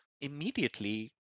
immediately